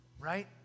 Right